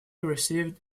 received